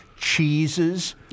cheeses